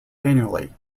annually